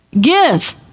give